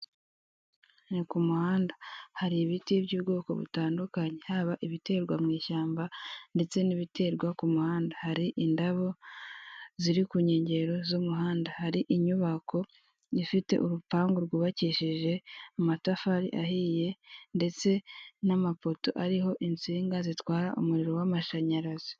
Ni ku muhanda. Hari ibiti by'ubwoko butandukanye, haba ibiterwa mu ishyamba ndetse n'ibiterwa ku muhanda. Hari indabo ziri ku nkengero z'umuhanda. Hari inyubako ifite urupangu rw'ubakishije amatafari ahiye ndetse n'amapoto ariho insinga zitwara umuriro w'amashanyarazi.